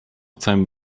całym